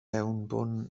mewnbwn